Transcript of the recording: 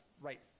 right